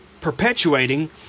perpetuating